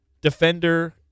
defender